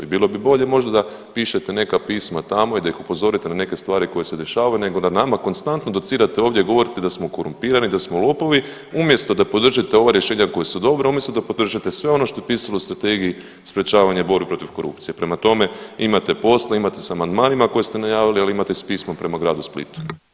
I bilo bi bolje možda da pišete neka pisma tamo i da ih upozorite na neke stvari koje se dešavaju nego da nama konstantno docirate ovdje i govorite da smo korumpirani, da smo lopovi, umjesto da podržite ova rješenja koja su dobra, umjesto da podržite sve ono što je pisalo u Strategiji sprječavanja borbe protiv korupcije, prema tome imate posla, imate s amandmanima koje ste najavili, ali imate i s pismom prema gradu Splitu.